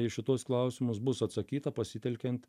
į šituos klausimus bus atsakyta pasitelkiant